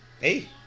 Hey